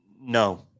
no